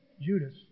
Judas